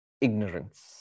ignorance